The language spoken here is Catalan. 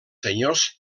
senyors